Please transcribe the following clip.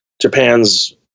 Japan's